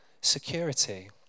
security